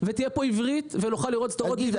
ותהיה פה עברית ונוכל לראות סדרות בעברית.